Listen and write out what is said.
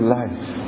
life